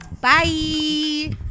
bye